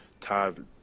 Todd